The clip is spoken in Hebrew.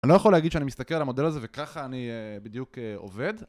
אני לא יכול להגיד שאני מסתכל על המודל הזה וככה אני בדיוק עובד